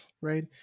right